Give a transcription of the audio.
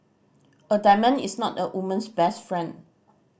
a diamond is not a woman's best friend